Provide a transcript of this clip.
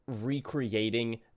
recreating